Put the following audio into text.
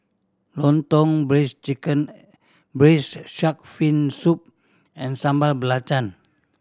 Lontong braised chicken Braised Shark Fin Soup and Sambal Belacan